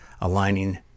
aligning